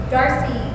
Darcy